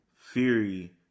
fury